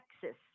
Texas